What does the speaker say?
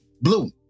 blue